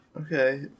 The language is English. okay